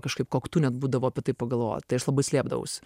kažkaip koktu net būdavo apie tai pagalvot tai aš labai slėpdavaus